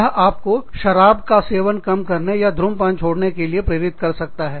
यह आपको शराब का सेवन कम करने या धूम्रपान छोड़ने के लिए प्रेरित कर सकता है